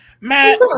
Matt